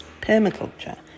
permaculture